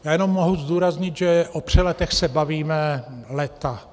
Já jenom můžu zdůraznit, že o přeletech se bavíme léta.